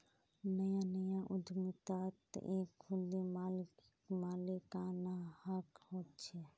नया नया उद्दमितात एक खुदी मालिकाना हक़ होचे